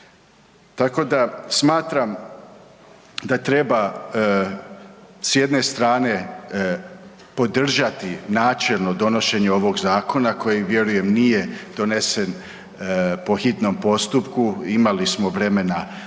Tako da smatram da treba s jedne strane podržati načelno donošenje ovog zakona kojeg vjerujem nije donesen po hitnom postupku, imali smo vremena ga